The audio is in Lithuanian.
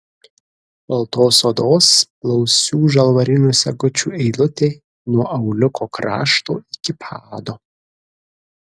baltos odos blausių žalvarinių sagučių eilutė nuo auliuko krašto iki pado